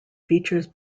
features